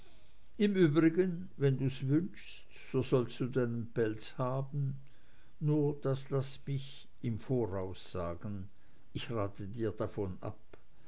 im übrigen wenn du's wünschst so sollst du einen pelz haben nur das laß mich im voraus sagen ich rate dir davon ab